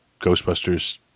Ghostbusters